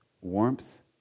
warmth